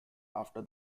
after